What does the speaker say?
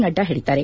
ನಡ್ಡಾ ಹೇಳಿದ್ದಾರೆ